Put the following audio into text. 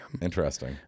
Interesting